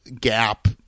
gap